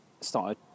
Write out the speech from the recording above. started